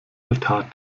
altar